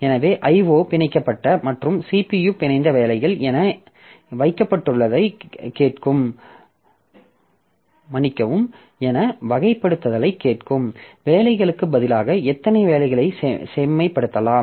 எனவே IO பிணைக்கப்பட்ட மற்றும் CPU பிணைந்த வேலைகள் என வகைப்படுத்தலைக் கேட்கும் வேலைகளுக்குப் பதிலாக எத்தனை வேலைகளைச் செம்மைப்படுத்தலாம்